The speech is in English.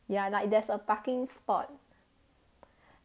ya like there's a parking spot